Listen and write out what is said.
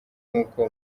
nkuko